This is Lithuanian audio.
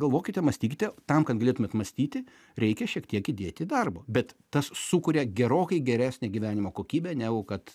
galvokite mąstykite tam kad galėtumėt mąstyti reikia šiek tiek įdėti darbo bet tas sukuria gerokai geresnę gyvenimo kokybę negu kad